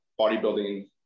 bodybuilding